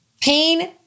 Pain